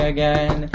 Again